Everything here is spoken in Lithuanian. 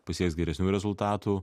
pasieks geresnių rezultatų